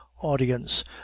audience